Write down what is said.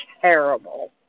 terrible